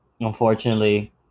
unfortunately